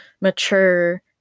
mature